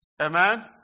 Amen